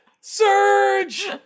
Surge